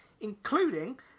including